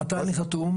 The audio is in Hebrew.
מתי אני חתום?